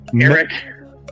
Eric